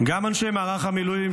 גם אנשי מערך המילואים,